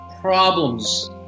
problems